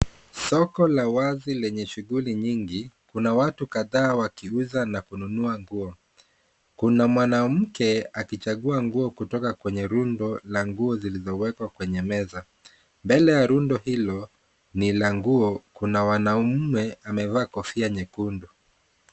Soko la wazi lenye shughuli nyingi, kuna watu kadhaa wakiuza na kununua nguo . Kuna mwanamke akichagua nguo kutoka kwenye rundo la nguo zilizowekwa kwenye meza. Mbele ya rundo hilo ni la nguo kuna mwanaume amevaa kofia nyekundu.